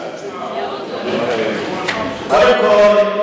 פלילית להפלות מישהו על רקע של גזע ודברים כאלה.